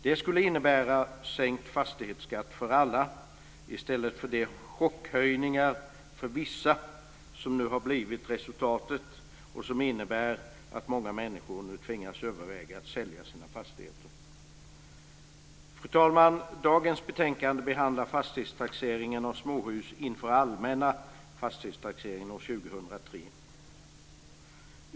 Det skulle innebära sänkt fastighetsskatt för alla i stället för de chockhöjningar för vissa som nu har blivit resultatet och som innebär att många människor nu tvingas överväga att sälja sina fastigheter. Fru talman! Dagens betänkande behandlar fastighetstaxeringen av småhus inför allmänna fastighetstaxeringen år 2003.